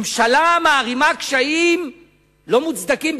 ממשלה מערימה קשיים לא מוצדקים,